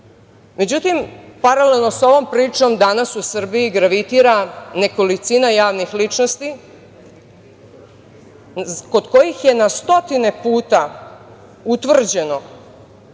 paralelno sa ovom pričom danas u Srbiji gravitira nekolicina javnih ličnosti kod kojih je na stotine puta utvrđeno